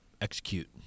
execute